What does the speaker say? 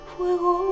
Fuego